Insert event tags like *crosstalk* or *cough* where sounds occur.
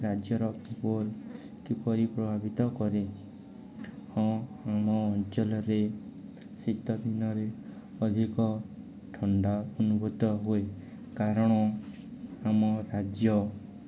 ରାଜ୍ୟର *unintelligible* କିପରି ପ୍ରଭାବିତ କରେ ହଁ ଆମ ଅଞ୍ଚଲରେ ଶୀତ ଦିନରେ ଅଧିକ ଥଣ୍ଡା ଅନୁଭୂତ ହୁଏ କାରଣ ଆମ ରାଜ୍ୟ